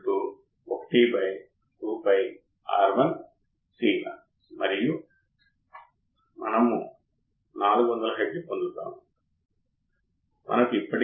మీకు ఇచ్చిన input of విలువలు తెలుసు ఐతే ట్రాన్సిస్టర్ యొక్క బేస్ లోకి ప్రవహించే కరెంట్ విలువలు మీకు తెలుసు